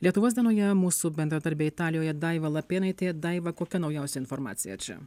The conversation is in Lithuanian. lietuvos dienoje mūsų bendradarbė italijoje daiva lapėnaitė daiva kokia naujausia informacija čia